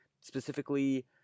specifically